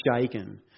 shaken